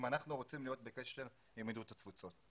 אנחנו רוצים להיות בקשר עם יהדות התפוצות.